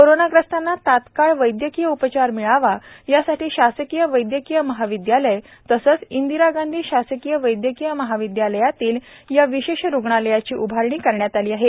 कोरोनाग्रस्तांना तात्काळ वैदयकीय उपचार मिळावा यासाठी शासकीय वैदयकीय महाविदयालय तसेच इंदिरा गांधी शासकीय वैदयकीय महाविदयालयातील या विशेष रुग्णालयाची उभारणी करण्यात आली आहे